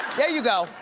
there you go,